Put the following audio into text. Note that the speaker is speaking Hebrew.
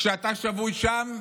כשאתה שבוי שם,